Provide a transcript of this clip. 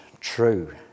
true